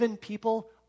people